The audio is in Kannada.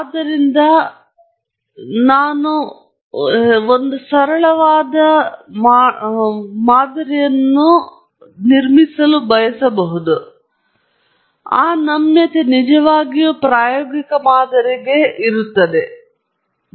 ಆದ್ದರಿಂದ ನಾನು ಹೆಚ್ಚು ಸರಳವಾದ ಒಂದನ್ನು ಆಯ್ಕೆ ಮಾಡಿಕೊಳ್ಳಬಹುದು ಆದರೆ ಸರಳವಾದ ಮಾದರಿ ಅಲ್ಲ ಮತ್ತು ಆ ನಮ್ಯತೆ ನಿಜವಾಗಿಯೂ ಪ್ರಾಯೋಗಿಕ ಮಾದರಿಯನ್ನು ದೊಡ್ಡದಾಗಿ ನೀಡುತ್ತದೆ